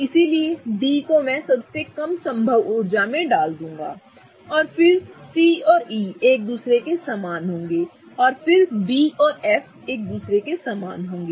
इसलिए D को में सबसे कम संभव ऊर्जा में डाल दूंगा और फिर C और E एक दूसरे के समान होंगे और B और F एक दूसरे के समान होंगे